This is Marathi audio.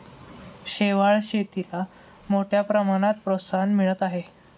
शेवाळ शेतीला मोठ्या प्रमाणात प्रोत्साहन मिळत आहे